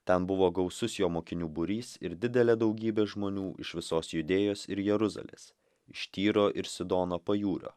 ten buvo gausus jo mokinių būrys ir didelė daugybė žmonių iš visos judėjos ir jeruzalės iš tyro ir sidono pajūrio